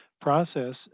process